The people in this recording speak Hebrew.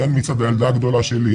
הן מצד הילדה הגדולה שלי,